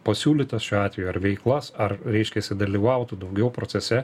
pasiūlytas šiuo atveju ar veiklas ar reiškiasi dalyvautų daugiau procese